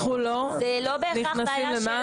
זה לא בהכרח בעיה שלה.